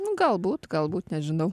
galbūt galbūt nežinau